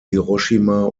hiroshima